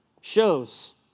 shows